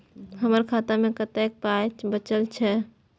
हमर खाता मे कतैक पाय बचल छै